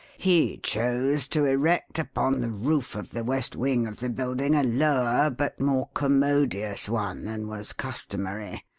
he chose to erect upon the roof of the west wing of the building a lower but more commodious one than was customary.